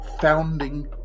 founding